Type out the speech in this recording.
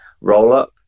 roll-up